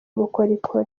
ubukorikori